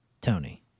Tony